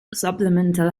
supplemental